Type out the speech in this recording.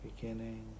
beginning